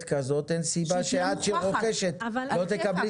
כזאת אין סיבה שאת כרוכשת לא תקבלי סבסוד.